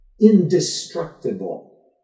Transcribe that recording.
indestructible